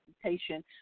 presentation